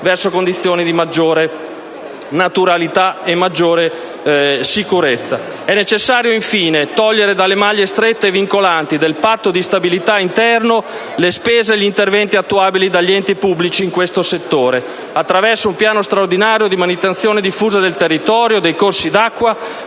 verso condizioni di maggiore naturalità e maggiore sicurezza. È necessario, infine, togliere dalle maglie strette e vincolanti del Patto di stabilità interno le spese e gli interventi attuabili dagli enti pubblici in questo settore, attraverso un piano straordinario di manutenzione diffusa del territorio e dei corsi d'acqua,